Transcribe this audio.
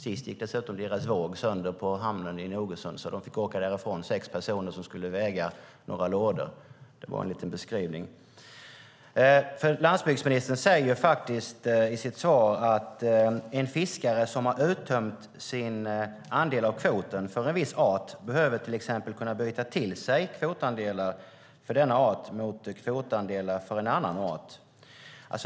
Sist gick dessutom deras våg sönder i hamnen i Nogersund, så de fick åka därifrån. Det var sex personer som skulle väga några lådor. Det här var en liten beskrivning. I sitt svar säger landsbygdsministern att en fiskare som har uttömt sin andel av kvoten för en viss art behöver kunna byta till sig kvotandelar för denna art mot kvotandelar för en annan art.